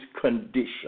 condition